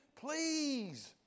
Please